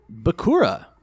Bakura